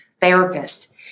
therapist